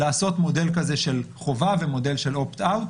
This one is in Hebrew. לעשות מודל כזה של חובה ומודל של "אופט-אאוט",